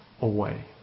away